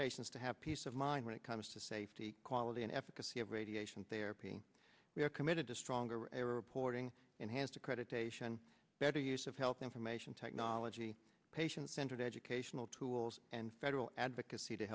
patients to have peace of mind when it comes to safety quality and efficacy of radiation therapy we are committed to stronger error reporting enhanced accreditation better use of health information technology patient centered educational tools and federal advocacy to